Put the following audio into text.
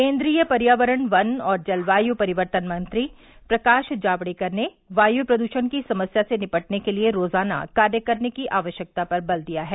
केन्द्रीय पर्यावरण वन और जलवायू परिवर्तन मंत्री प्रकाश जावड़ेकर ने वायू प्रदूषण की समस्या से निपटने के लिए रोजाना कार्य करने की आवश्यकता पर बल दिया है